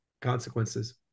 consequences